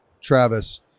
Travis